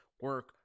work